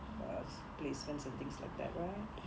uh placements and things like that right